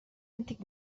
antic